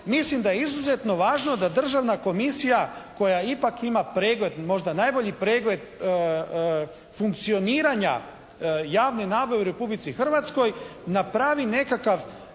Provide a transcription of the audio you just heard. mislim da je izuzetno važno da Državna komisija koja ipak ima pregled, možda najbolji pregled funkcioniranja javne nabave u Republici Hrvatskoj napravi nekakav